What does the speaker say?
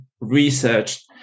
researched